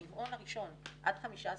ברבעון הראשון עד 15 במרץ,